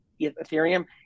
Ethereum